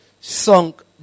Sunk